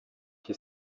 qui